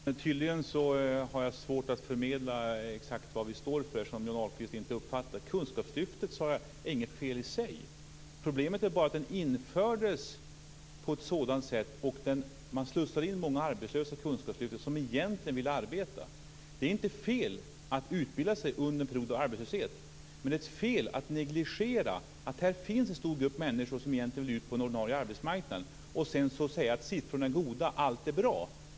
Fru talman! Tydligen har jag svårt att förmedla exakt vad vi står för, eftersom Johnny Ahlqvist inte uppfattade det. Kunskapslyftet, sade jag, är inte fel i sig. Problemet är det sätt det infördes på och att man slussade in många arbetslösa i Kunskapslyftet som egentligen vill arbeta. Det är inte fel att utbilda sig under en period av arbetslöshet, men det är fel att negligera att det finns en stor grupp människor som egentligen vill ut på den ordinarie arbetsmarknaden och sedan säga att siffrorna är goda och att allt är bra.